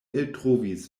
eltrovis